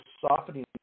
softening